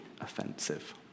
offensive